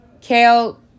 Kale